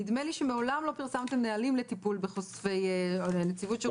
נדמה לי שמעולם לא פרסמתם נהלים לטיפול בחושפי שחיתויות.